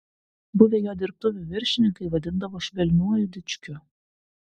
buvę jo dirbtuvių viršininkai vadindavo švelniuoju dičkiu